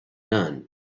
none